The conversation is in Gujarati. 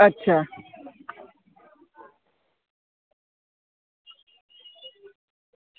અચ્છા